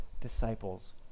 disciples